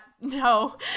no